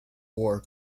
war